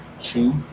two